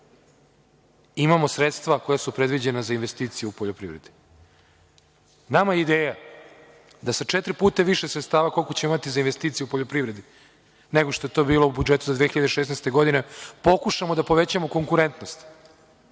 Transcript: imamo sredstva koja su predviđena za investicije u poljoprivredi. Nama je ideja da sa četiri puta više sredstava, koliko ćemo imati za investicije u poljoprivredi, nego što je to bilo u budžetu za 2016. godinu, pokušamo da povećamo konkurentnost. Samo